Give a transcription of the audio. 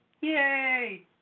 Yay